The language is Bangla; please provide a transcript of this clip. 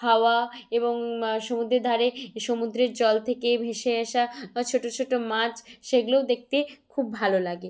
হাওয়া এবং সমুদ্রের ধারে সমুদ্রের জল থেকে ভেসে আসা ছোটো ছোটো মাছ সেগুলোও দেখতে খুব ভালো লাগে